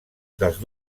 dels